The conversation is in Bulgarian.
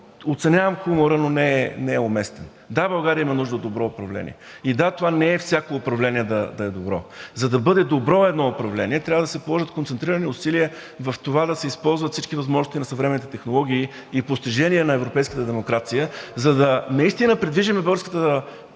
оценявам хумора, но не е уместен. Да, България има нужда от добро управление. И да, това не е всяко управление да е добро. За да бъде добро едно управление, трябва да се положат концентрирани усилия в това да се използват всички възможности на съвременните технологии и постижения на европейската демокрация, за да придвижим наистина българската